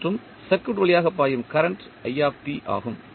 மற்றும் சர்க்யூட் வழியாக பாயும் கரண்ட் ஆகும்